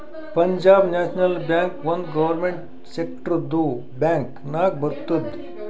Punjab national bank ಒಂದ್ government ಸೆಕ್ಟರ್ದು bank ನಾಗ್ ಬರ್ತುದ್